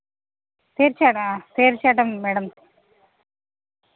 തീർച്ചയായിട്ടും മാം തീർച്ചയായിട്ടും മാഡം